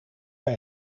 bij